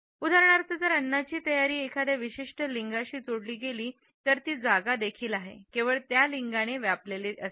उदाहरणार्थ जर अन्नाची तयारी एखाद्या विशिष्ट लिंगाशी जोडली गेली तर ती जागा देखील आहे केवळ त्या लिंगाने व्यापलेले असते